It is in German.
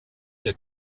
der